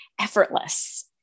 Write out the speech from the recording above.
effortless